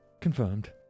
Confirmed